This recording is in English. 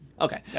Okay